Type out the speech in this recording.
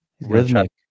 Rhythmic